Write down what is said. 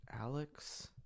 Alex